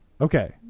Okay